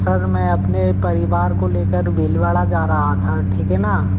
sir मैं अपने परिवार को लेकर भीलवाड़ा जा रहा था ठीक है ना